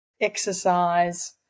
exercise